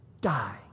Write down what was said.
die